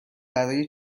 برای